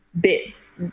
bits